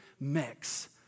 mix